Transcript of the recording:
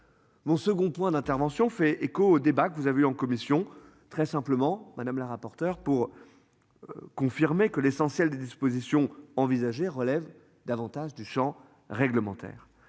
Mon second point d'intervention fait écho au débat que vous avez eu en commission très simplement madame la rapporteure pour. Confirmer que l'essentiel des dispositions envisagées relève davantage du Champ réglementaire.